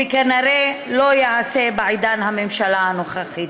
וכנראה לא ייעשה בעידן הממשלה הנוכחית.